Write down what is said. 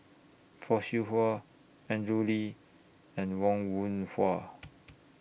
Fock Siew Wah Andrew Lee and Wong Wah